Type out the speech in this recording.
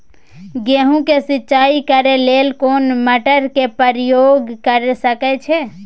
गेहूं के सिंचाई करे लेल कोन मोटर के प्रयोग कैर सकेत छी?